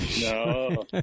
No